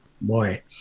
boy